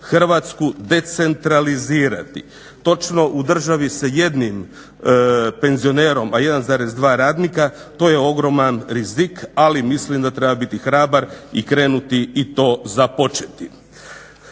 Hrvatsku decentralizirati. Točno, u državi sa 1 penzionerom, a 1,2 radnika to je ogroman rizik, ali mislim da treba biti hrabar i krenuti i to započeti.